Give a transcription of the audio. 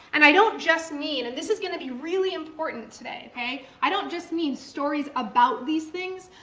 and i don't just mean, and this is going to be really important today, okay, i don't just mean stories about these things,